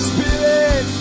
Spirit